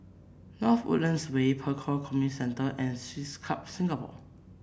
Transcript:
North Woodlands Way Pek Kio Community Centre and Swiss Club Singapore